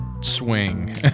swing